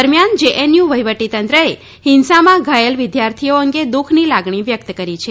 દરમ્યાન જેએનયુ વહીવટીતંત્રએ હિંસામાં ઘાયલ વિદ્યાર્થીઓ અંગે દુખની લાગણી વ્યક્ત કરી છે